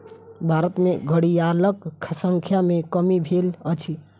भारत में घड़ियालक संख्या में कमी भेल अछि